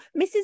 Mrs